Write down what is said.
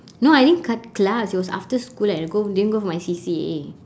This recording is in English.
no I didn't cut class it was after school and I go didn't go for my C_C_A